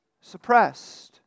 suppressed